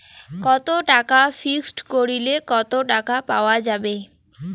কত টাকা ফিক্সড করিলে কত টাকা পাওয়া যাবে?